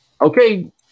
Okay